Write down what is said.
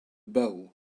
bill